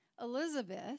Elizabeth